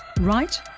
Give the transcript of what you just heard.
right